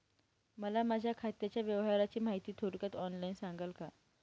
मला माझ्या खात्याच्या व्यवहाराची माहिती थोडक्यात ऑनलाईन सांगाल का?